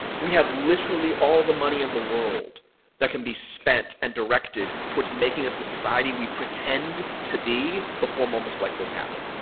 we have literally all the money in the world that can be spent and directed towards making us the society we pretend to be, before moments like this happen.